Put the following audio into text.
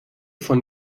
von